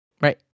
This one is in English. Right